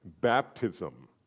baptism